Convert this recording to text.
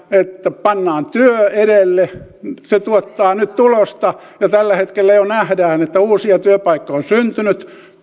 että pannaan työ edelle tuottaa nyt tulosta ja tällä hetkellä jo nähdään että uusia työpaikkoja on syntynyt